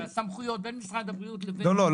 על הסמכויות בין משרד הבריאות לבין מד"א -- לא,